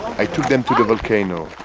i took them to the volcano